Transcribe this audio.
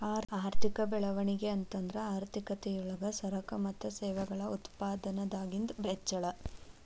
ಆರ್ಥಿಕ ಬೆಳವಣಿಗೆ ಅಂತಂದ್ರ ಆರ್ಥಿಕತೆ ಯೊಳಗ ಸರಕು ಮತ್ತ ಸೇವೆಗಳ ಉತ್ಪಾದನದಾಗಿಂದ್ ಹೆಚ್ಚಳ